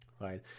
right